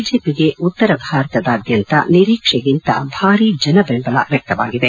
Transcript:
ಬಿಜೆಪಿಗೆ ಉತ್ತರ ಭಾರತದಾದ್ಯಂತ ನಿರೀಕ್ಷೆಗಿಂತ ಭಾರೀ ಜನಬೆಂಬಲ ವ್ಹಕ್ತವಾಗಿದೆ